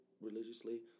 religiously